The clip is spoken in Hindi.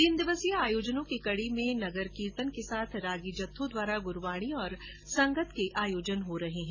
तीन दिवसीय आयोजनों की कड़ी में आज नगर कीर्तन के साथ रागी जत्थों द्वारा गुरूवाणी और संगत के आयोजन हो रहे है